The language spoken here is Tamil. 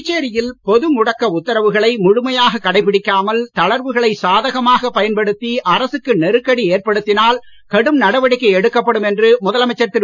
புதுச்சேரியில் பொது முடக்க உத்தரவுகளை முழுமையாகக் கடைபிடிக்காமல் தளர்வுகளை சாதகமாகப் பயன்படுத்தி அரசுக்கு நெருக்கடி ஏற்படுத்தினால் கடும் நடவடிக்கை எடுக்கப்படும் என்று முதலமைச்சர் திரு